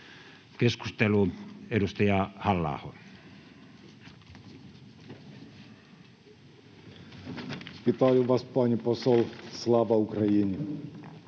kuten edustaja Halla-aho